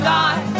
die